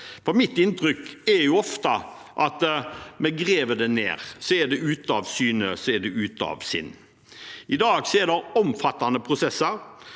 Mitt inntrykk er ofte at vi graver den ned, og så er den ute av syne og ute av sinn. I dag er det omfattende prosesser.